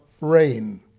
rain